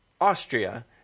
Austria